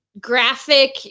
graphic